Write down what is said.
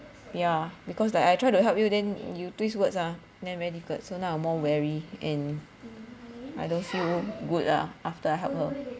yeah because like I try to help you then you twist words ah then very difficult so now I'm more wary and I don't feel good ah after I help her